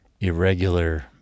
irregular